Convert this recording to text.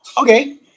okay